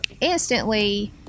instantly